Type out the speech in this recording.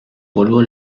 polvo